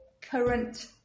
current